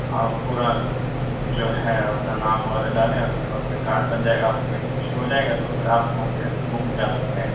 پورا جو ہے اپنا نام وغیرہ ڈالیں اُس کے بعد پھر کارڈ بن جائے آپ کو ایشو ہو جائے گا تو پھر آپ وہاں سے بک نکال سکتے ہیں